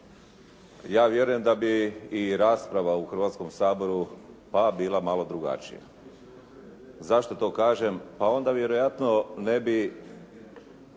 Ja vjerujem da bi i rasprava u Hrvatskom saboru pa bila malo drugačija. Zašto to kažem? Pa onda vjerojatno ne bi